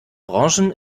branchen